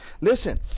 listen